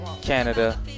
Canada